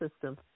system